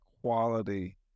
quality